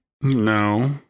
No